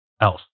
else